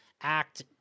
Act